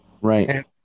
right